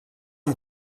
amb